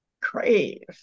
crave